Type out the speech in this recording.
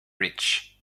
reach